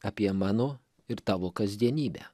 apie mano ir tavo kasdienybę